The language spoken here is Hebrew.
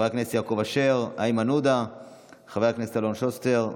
יעקב אשר, איימן עודה ואלון שוסטר.